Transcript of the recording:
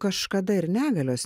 kažkada ir negalios